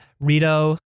Rito